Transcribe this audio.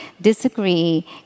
disagree